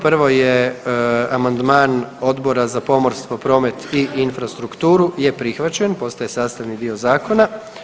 Prvo je amandman Odbora za pomorstvo, promet i infrastrukturu je prihvaćen, postaje sastavni dio Zakona.